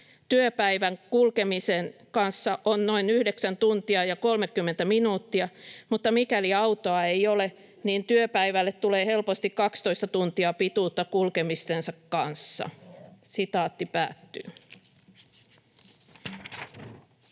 Työpäivä kulkemisen kanssa on noin 9 tuntia ja 30 minuuttia, mutta mikäli autoa ei ole, niin työpäivälle tulee helposti 12 tuntia pituutta kulkemisten kanssa." [Speech